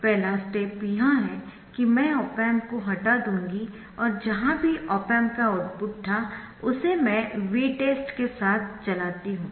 पहला स्टेप यह है कि मैं ऑप एम्प को हटा दूंगी और जहां भी ऑप एम्प का आउटपुट था उसे मैं Vtest के साथ चलाती हूं